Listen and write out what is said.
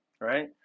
right